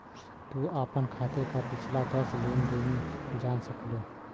तू आपन खाते क पिछला दस लेन देनो जान सकलू